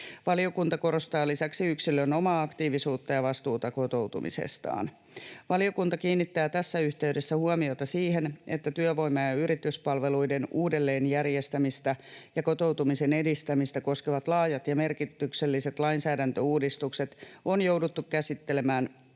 Valiokunta korostaa lisäksi yksilön omaa aktiivisuutta ja vastuuta kotoutumisestaan. Valiokunta kiinnittää tässä yhteydessä huomiota siihen, että työvoima- ja yrityspalveluiden uudelleenjärjestämistä ja kotoutumisen edistämistä koskevat laajat ja merkitykselliset lainsäädäntöuudistukset on jouduttu käsittelemään